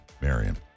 Marion